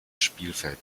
spielfeld